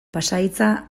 pasahitza